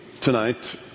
tonight